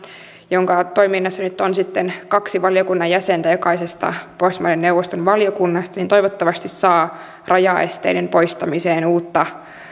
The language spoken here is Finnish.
jonka toiminnassa nyt on kaksi valiokunnan jäsentä jokaisesta pohjoismaiden neuvoston valiokunnasta niin toivottavasti se saa rajaesteiden poistamiseen uutta